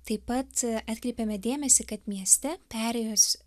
taip pat atkreipėme dėmesį kad mieste perėjos